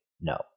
No